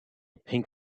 pink